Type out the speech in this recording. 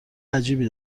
عجیبی